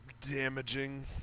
damaging